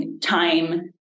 time